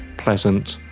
pleasant,